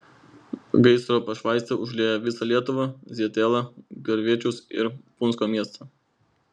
gaisro pašvaistė užlieja visą lietuvą zietelą gervėčius ir punsko miestą